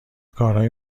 کارهای